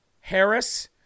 Harris